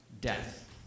death